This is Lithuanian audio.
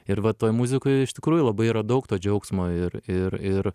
ir va toj muzikoj iš tikrųjų labai yra daug to džiaugsmo ir ir ir